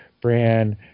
brand